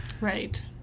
Right